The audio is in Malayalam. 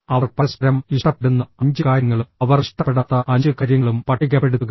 അവർ പരസ്പരം ഇഷ്ടപ്പെടുന്ന 5 കാര്യങ്ങളും അവർ ഇഷ്ടപ്പെടാത്ത 5 കാര്യങ്ങളും പട്ടികപ്പെടുത്തുക